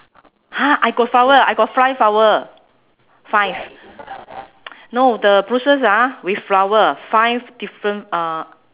!huh! I got flower eh I got five flower five no the bushes ah with flower five different uh